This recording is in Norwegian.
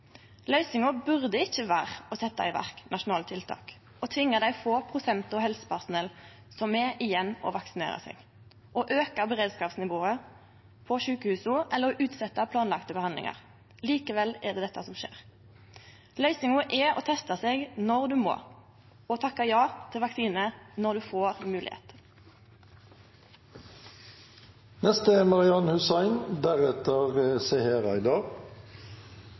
Løysinga burde ikkje vere å setje i verk nasjonale tiltak og tvinge dei få prosentane av helsepersonell som er igjen, til å vaksinere seg, auke beredskapsnivået på sjukehusa eller utsetje planlagde behandlingar. Likevel er det dette som skjer. Løysinga er å teste seg når ein må og takke ja til vaksine når ein får moglegheit. I snart to år har befolkningen i